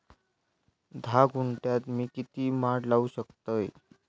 धा गुंठयात मी किती माड लावू शकतय?